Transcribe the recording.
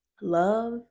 love